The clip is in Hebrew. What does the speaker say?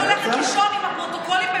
אני הולכת לישון עם הפרוטוקולים של